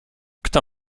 kto